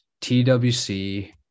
TWC